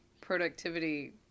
productivity